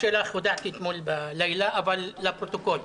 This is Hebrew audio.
הודעתי אתמול בלילה ואני רוצה להודיע לפרוטוקול: